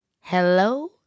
Hello